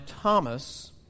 Thomas